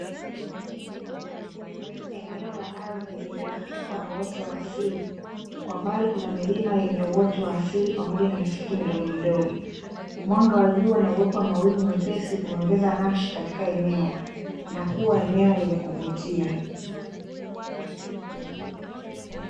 Eneo la ardhi lililozungukwa na uoto wa asili, kwa mbali kuna milima yenye uoto wa asili pamoja na misitu midogo midogo. Mwanga wa jua na uwepo wa mawingu mepesi kumeongeza nakshi katika eneo na kuwa eneo lenye kuvutia.